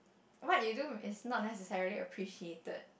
what you do is not necessarily appreciated